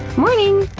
morning!